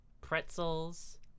pretzels